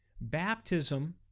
Baptism